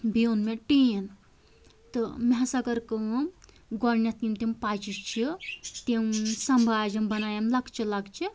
بیٚیہِ اوٚن مےٚ ٹیٖن تہٕ مےٚ سا کٔر کٲم گۄڈٕنیٚتھ یِم تِم پَچہِ چھِ تِم سَمباجیٚم بَنایَم لۄکچہِ لۄکچہِ